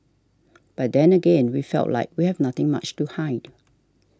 but then again we felt like we have nothing much to hide